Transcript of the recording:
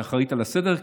שאחראית לסדר,